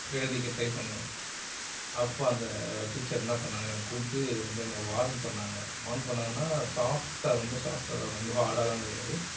எழுதிக்க ட்ரை பண்ணுவேன் அப்போ அந்த டீச்சர் என்னை பண்ணாங்க என்னை கூப்பிட்டு வந்து என்னை வார்ன் பண்ணாங்க வார்ன் பண்ணாங்கனா சாஃப்ட்டாக ரொம்ப சாஃப்ட்டாக தான் ரொம்ப ஹார்டாகலாம் கிடையாது